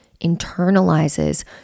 internalizes